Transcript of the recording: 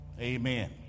Amen